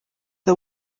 the